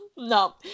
no